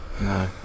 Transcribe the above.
No